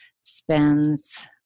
spends